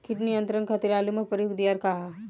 कीट नियंत्रण खातिर आलू में प्रयुक्त दियार का ह?